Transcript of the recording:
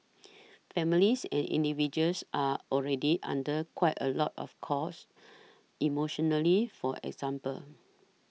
families and individuals are already under quite a lot of course emotionally for example